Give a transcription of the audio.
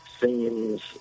scenes